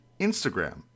Instagram